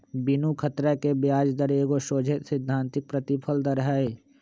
बिनु खतरा के ब्याज दर एगो सोझे सिद्धांतिक प्रतिफल दर हइ